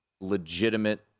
legitimate